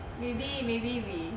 maybe maybe we